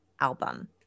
album